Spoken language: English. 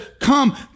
come